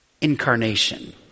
incarnation